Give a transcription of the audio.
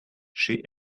she